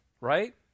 right